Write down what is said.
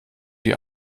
die